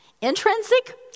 Intrinsic